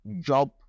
job